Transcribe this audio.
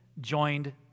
joined